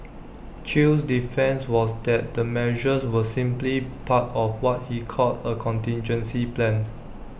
chew's defence was that the measures were simply part of what he called A contingency plan